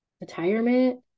retirement